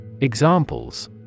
Examples